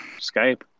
Skype